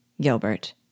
Gilbert